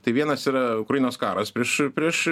tai vienas yra ukrainos karas prieš prieš